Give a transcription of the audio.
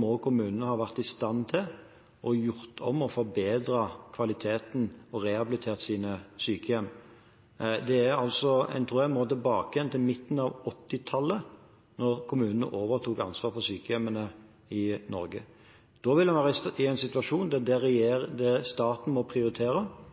må kommunene ha vært i stand til å ha gjort om og forbedret kvaliteten og rehabilitert sine sykehjem. Dette er altså en drøm tilbake til midten av 1980-tallet, da kommunene overtok ansvaret for sykehjemmene i Norge. Da ville man være i en situasjon der staten må prioritere